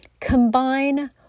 Combine